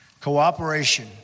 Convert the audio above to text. Cooperation